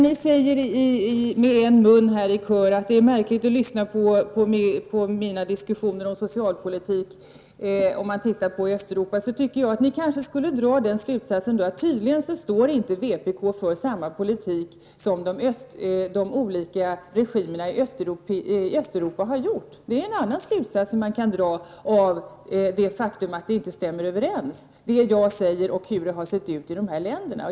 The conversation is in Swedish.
Ni säger med en mun att mitt resonemang om socialpolitik är märkligt med tanke på Östeuropa. Ni kunde väl då dra slutsatsen att vpk tydligen inte står för samma politik som de olika regimerna i Östeuropa har gjort. Detta är en annan slutsats som man kan dra av det faktum att det inte finns någon överensstämmelse mellan det som jag säger och hur det har sett ut i de här länderna.